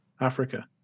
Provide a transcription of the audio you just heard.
Africa